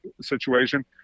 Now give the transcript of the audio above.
situation